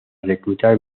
reclutar